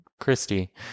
Christy